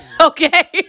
okay